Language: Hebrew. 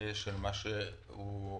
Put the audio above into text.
של הדברים האלה.